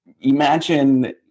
imagine